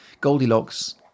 Goldilocks